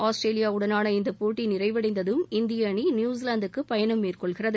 Australia உடனான இந்த போட்டி நிறைவடைந்ததும் இந்திய அணி நியுசிலாந்துக்கு பயணம் மேற்கொள்கிறது